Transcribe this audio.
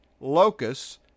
locusts